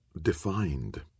defined